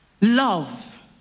Love